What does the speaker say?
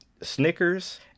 Snickers